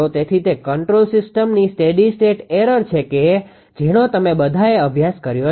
તેથી તે કંટ્રોલ સિસ્ટમની સ્ટેડી સ્ટેટ એરર છે કે જેનો તમે બધાએ અભ્યાસ કર્યો છે